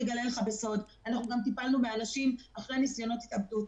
אנחנו גם טיפלנו באנשים אחרי ניסיונות התאבדות.